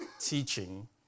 teaching